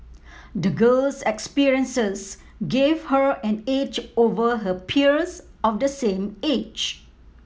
the girl's experiences gave her an edge over her peers of the same age